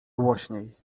głośniej